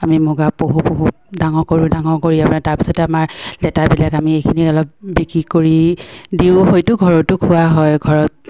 আমি মুগা পোহোঁ পোহোঁ ডাঙৰ কৰোঁ ডাঙৰ কৰি আপোনাৰ তাৰ পিছতে আমাৰ লেতাবিলাক আমি এইখিনি অলপ বিক্ৰী কৰি দিওঁ হয়তো ঘৰতো খোৱা হয় ঘৰত